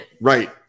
Right